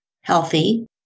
healthy